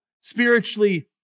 spiritually